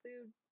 food